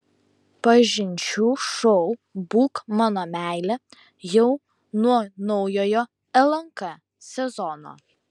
pažinčių šou būk mano meile jau nuo naujojo lnk sezono